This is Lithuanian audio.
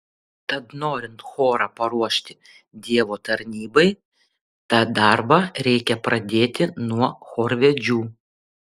tad norint chorą paruošti dievo tarnybai tą darbą reikia pradėti nuo chorvedžių